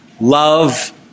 love